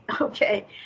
Okay